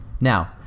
Now